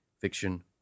fiction